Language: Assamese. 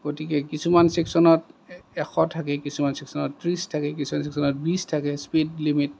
গতিকে কিছুমান ছেক্সনত এশ থাকে কিছুমান ছেক্সনত ত্ৰিছ থাকে কিছুমান ছেক্সনত বিছ থাকে স্পিড লিমিট